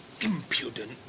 Impudent